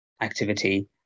activity